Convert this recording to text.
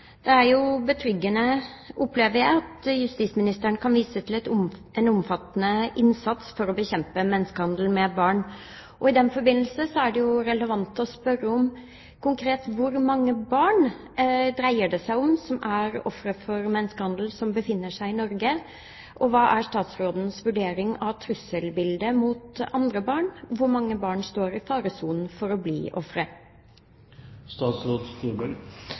Det er jo betryggende, opplever jeg, at justisministeren kan vise til en omfattende innsats for å bekjempe menneskehandel med barn. I den forbindelse er det relevant å spørre om hvor mange barn det konkret dreier seg om som er ofre for menneskehandel, som befinner seg i Norge. Hva er statsrådens vurdering av trusselbildet når det gjelder andre barn? Og hvor mange barn står i faresonen for å bli